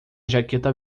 jaqueta